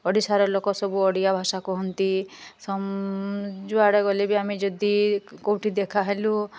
ଓଡ଼ିଶାରେ ଲୋକ ସବୁ ଓଡ଼ିଆ ଭାଷା କୁହନ୍ତି ଯୁଆଡ଼େ ଗଲେ ବି ଆମେ ଯଦି କେଉଁଠି ଦେଖା ହେଲୁ